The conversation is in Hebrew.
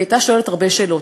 היא הייתה שואלת הרבה שאלות,